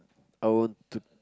I want to